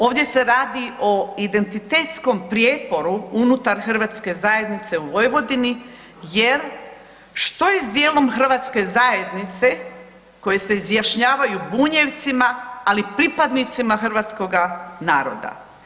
Ovdje se radi o identitetskom prijeporu unutar hrvatske zajednice u Vojvodini jer što je s dijelom hrvatske zajednice koji se izjašnjavaju Bunjevcima ali i pripadnicima hrvatskoga naroda.